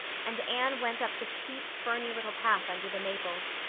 and anne went up the steep, ferny little path under the maples.